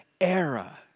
era